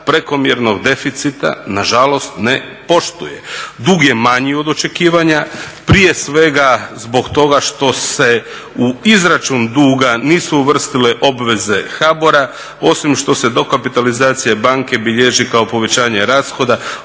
prekomjernog deficita nažalost ne poštuje. Dug je manji od očekivanja, prije svega zbog toga što se u izračun duga nisu uvrstile obveze HBOR-a, osim što se dokapitalizacija banke bilježi kao povećanje rashoda,